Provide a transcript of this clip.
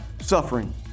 suffering